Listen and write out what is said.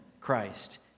Christ